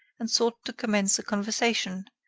and sought to commence a conversation,